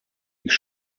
ich